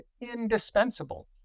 indispensable